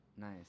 Nice